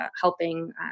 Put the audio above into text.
helping